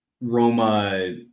Roma